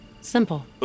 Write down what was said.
Simple